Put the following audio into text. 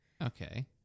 Okay